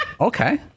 Okay